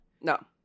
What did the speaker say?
No